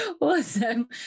Awesome